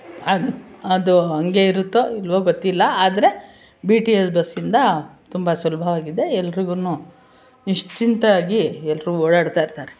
ಅದು ಅದು ಹಾಗೆ ಇರುತ್ತೋ ಇಲ್ವೋ ಗೊತ್ತಿಲ್ಲ ಆದರೆ ಬಿ ಟಿ ಎಸ್ ಬಸ್ಸಿಂದ ತುಂಬ ಸುಲಭವಾಗಿದೆ ಎಲ್ರಿಗೂನು ನಿಶ್ಚಿಂತವಾಗಿ ಎಲ್ಲರೂ ಓಡಾಡ್ತಾಯಿರ್ತಾರೆ